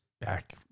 back